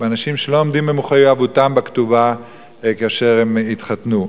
באנשים שלא עומדים במחויבותם בכתובה כאשר הם התחתנו.